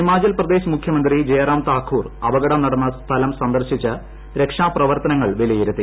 ഹിമാചൽ പ്രദേശ് മുഖ്യമന്ത്രി ജയറാം താക്കൂർ അപകടം നടന്ന സ്ഥലം സന്ദർശിച്ച് രക്ഷാപ്രവർത്തനങ്ങൾ വിലയിരുത്തി